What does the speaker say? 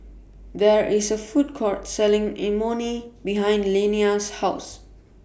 There IS A Food Court Selling Imoni behind Liana's House